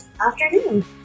afternoon